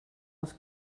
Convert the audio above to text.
els